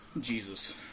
Jesus